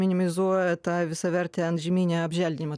minimizuoja tą visavertę antžeminę apželdinimą